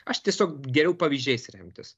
aš tiesiog geriau pavyzdžiais remtis